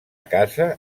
casa